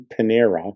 panera